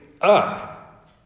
up